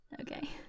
Okay